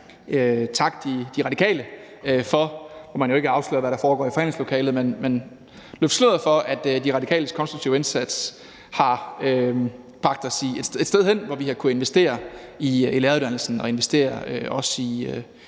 takke De Radikale. Nu må man jo ikke afsløre, hvad der foregår i forhandlingslokalet, men jeg vil løfte sløret for, at De Radikales konstruktive indsats har bragt os et sted hen, hvor vi har kunnet investere i læreruddannelsen og også investere i